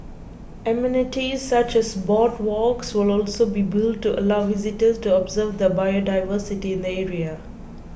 amenities such as boardwalks will also be built to allow visitors to observe the biodiversity in the area